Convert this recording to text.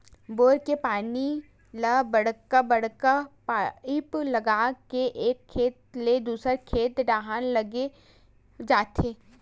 bore के पानी ल बड़का बड़का पाइप लगा के एक खेत ले दूसर खेत डहर लेगे जाथे